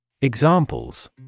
Examples